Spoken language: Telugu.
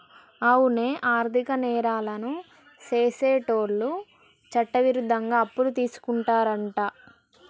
అవునే ఆర్థిక నేరాలను సెసేటోళ్ళను చట్టవిరుద్ధంగా అప్పులు తీసుకుంటారంట